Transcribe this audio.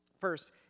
First